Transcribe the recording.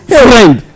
friend